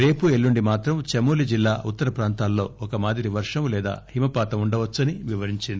రేపు ఎల్లుండి మాత్రం చమోలీ జిల్లా ఉత్తర ప్రాంతాల్లో ఒక మాదిరి వర్షం లేదా హితపాతం ఉండవచ్చని వివరించింది